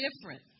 different